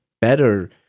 better